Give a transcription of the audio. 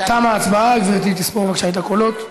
תמה ההצבעה, גברתי תספור בבקשה את הקולות.